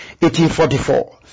1844